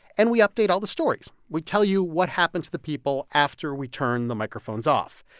and we update all the stories. we tell you what happened to the people after we turned the microphones off.